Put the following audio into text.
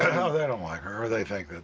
they don't like her. they think that,